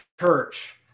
church